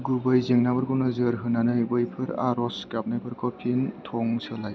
गुबै जेंनाफोरखौ नोजोर होनानै बैफोर आर'ज गाबनायफोरखौ फिन थं सोलाय